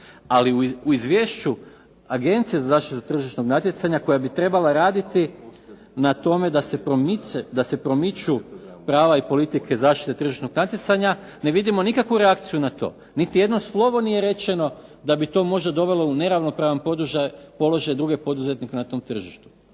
ali u Izvješću Agencije za zaštitu tržišnog natjecanja koja bi trebala raditi na tom da se promiču prava i politike zaštite tržišnog natjecanja ne vidimo nikakvu reakciju na to, niti jedno slovo nije rečeno da bi to možda dovelo u neravnopravan položaj druge poduzetnike na tom tržištu.